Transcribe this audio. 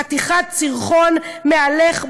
חתיכת סירחון מהלך,